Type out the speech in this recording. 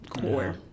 core